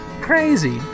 crazy